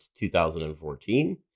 2014